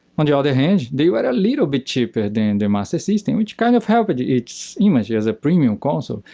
on the other hand, they were a little bit cheaper than the master system, which kind of helped its image as a premium console.